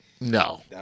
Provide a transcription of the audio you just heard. No